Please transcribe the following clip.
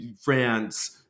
France